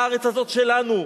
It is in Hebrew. הארץ הזאת שלנו,